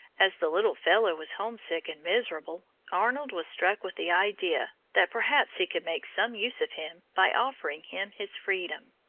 as the little fellow was homesick and miserable, arnold was struck with the idea that perhaps he could make some use of him by offering him his freedom.